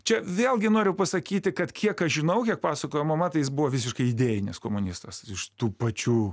čia vėlgi noriu pasakyti kad kiek aš žinau kiek pasakojo mama tai jis buvo visiškai idėjinis komunistas iš tų pačių